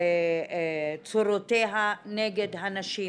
צורותיה נגד הנשים.